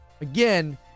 Again